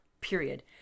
period